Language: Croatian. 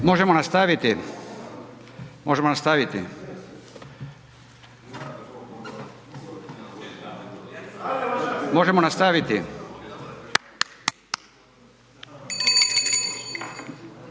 Možemo nastaviti, možemo nastaviti, možemo nastaviti?